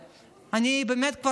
והוא מנהל את הליכוד.